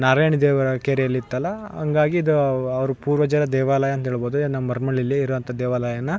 ನಾರಾಯಣ ದೇವರ ಕೆರೆಯಲ್ಲಿತ್ತಲ ಹಂಗಾಗಿ ಇದು ಅವ್ರು ಪೂರ್ವಜರ ದೇವಾಲಯಂತ ಹೇಳ್ಬೌದು ನಮ್ಮ ಮರಿಯಮ್ನಳ್ಳಿಲಿ ಇರೋವಂಥ ದೇವಾಲಯ